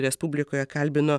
respublikoje kalbino